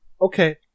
okay